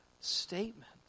statement